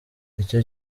icyo